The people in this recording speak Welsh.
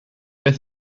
beth